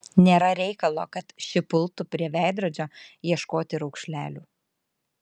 nėra reikalo kad ši pultų prie veidrodžio ieškoti raukšlelių